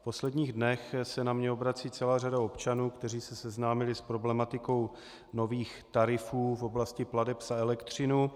V posledních dnech se na mě obrací celá řada občanů, kteří se seznámili s problematikou nových tarifů v oblasti plateb za elektřinu.